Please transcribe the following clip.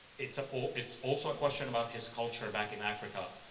it's ah it's also a question about his culture back in africa.